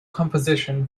composition